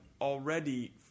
already